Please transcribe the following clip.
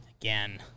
Again